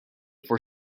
for